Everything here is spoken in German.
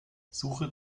suche